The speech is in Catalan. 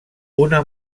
una